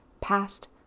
past